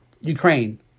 Ukraine